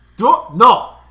No